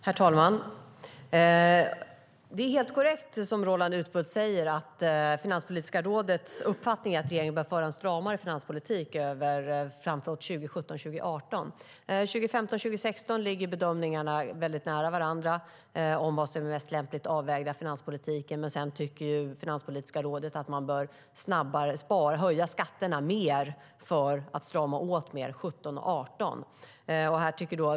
Herr talman! Det är helt korrekt, det som Roland Utbult säger - Finanspolitiska rådets uppfattning är att regeringen bör föra en stramare finanspolitik framåt 2017 och 2018. För 2015 och 2016 ligger bedömningarna av vad som är den mest lämpligt avvägda finanspolitiken väldigt nära varandra. Men sedan tycker Finanspolitiska rådet att man bör höja skatterna mer för att strama åt mer 2017 och 2018.